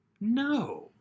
No